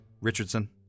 Richardson